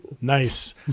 Nice